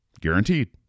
guaranteed